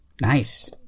Nice